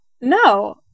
no